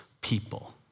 people